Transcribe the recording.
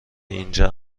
اینجا